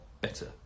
better